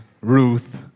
Ruth